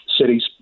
cities